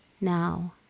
now